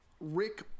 Rick